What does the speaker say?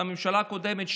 הממשלה הקודמת,